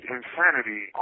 insanity